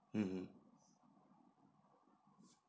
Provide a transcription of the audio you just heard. mmhmm